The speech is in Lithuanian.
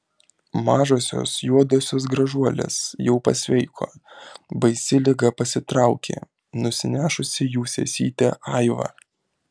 mažosios juodosios gražuolės jau pasveiko baisi liga pasitraukė nusinešusi jų sesytę aivą